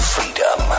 Freedom